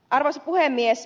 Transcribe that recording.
arvoisa puhemies